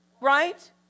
Right